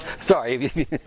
sorry